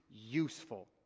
useful